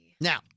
Now